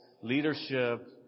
leadership